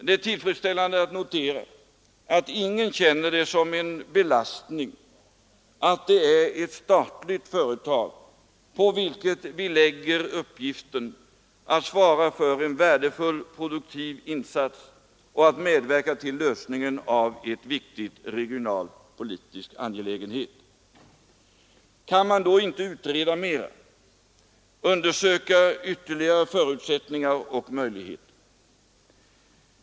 Det är tillfredställande att notera, att ingen känner det som en belastning att det är ett statligt företag på vilket vi lägger uppgiften att svara för en produktiv insats och att medverka till lösningen av en viktig regionalpolitisk angelägenhet. Kan man då inte utreda mer, undersöka ytterligare förutsättningar och möjligheter?